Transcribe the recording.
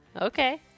Okay